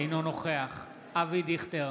אינו נוכח אבי דיכטר,